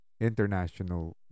International